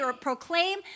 proclaim